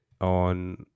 on